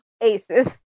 aces